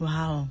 Wow